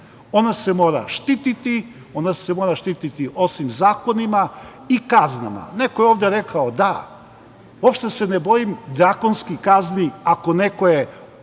Ona se mora štititi. Ona se mora štititi osim zakonima, i kaznama. Neko je ovde rekao da uopšte se ne bojim drakonskih kazni ako je